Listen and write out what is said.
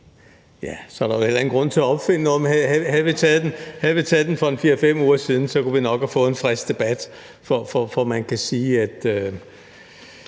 der jo heller ingen grund til at opfinde noget, men havde det været for 4-5 uger siden, så kunne vi nok have fået en frisk debat. For man kan sige, at